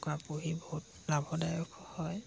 কুকুৰা পুহি বহুত লাভদায়কো হয়